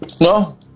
No